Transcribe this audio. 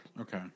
Okay